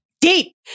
deep